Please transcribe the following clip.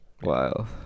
Wow